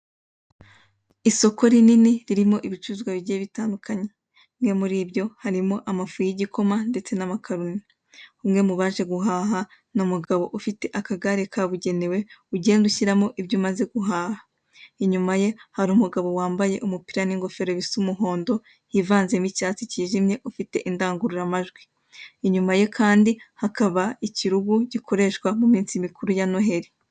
Isoko rinini ririmo ibicuruzwa bigiye bitandukanye. Bimwe muri byo harimo amafu y'igikoma ndetse n'amakaroni. Umwe mu baje guhaha ni umugabo ufite akagare kabugenewe ugenda ushyiramo ibyo umaze guhaha. Inyuma ye hari umugabo wambaye umupira n'ingofero bisa umuhondo hivanzemo icyatsi kijimye ufite indangururamajwi. Inyuma ye kandi hakaba ikirugu gikoreshwa mu minsi mikuru ya Noheli.